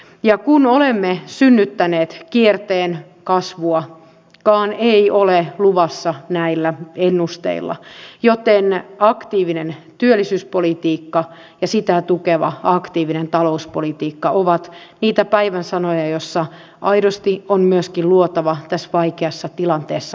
ja kun olemme synnyttäneet kierteen kasvuakaan ei ole luvassa näillä ennusteilla joten aktiivinen työllisyyspolitiikka ja sitä tukeva aktiivinen talouspolitiikka ovat niitä päivän sanoja joilla aidosti on myöskin luotava tässä vaikeassa tilanteessa kasvua